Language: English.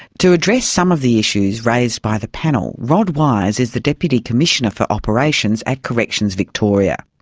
to address some of the issues raised by the panel, rod wise is the deputy commissioner for operations at corrections victoria.